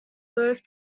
both